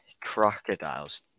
crocodiles